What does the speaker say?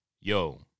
Yo